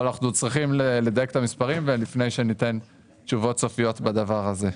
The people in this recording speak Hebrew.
אבל אנחנו צריכים לדייק את המספרים לפני שניתן תשובות סופיות בדבר הזה.